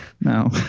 No